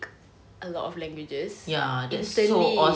a lot of languages instantly